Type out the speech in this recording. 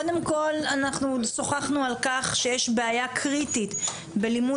קודם כל אנחנו שוחחנו על כך שיש בעיה קריטית בלימוד